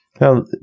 Now